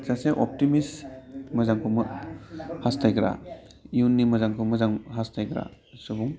सासे अपटिमिस्ट मोजांखौ हास्थायग्रा इयुननि मोजांखौ मोजां हास्थायग्रा सुबुं